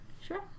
sure